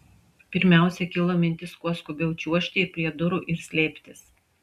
pirmiausia kilo mintis kuo skubiau čiuožti prie durų ir slėptis